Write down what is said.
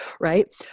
right